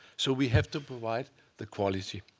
so we have to provide the quality.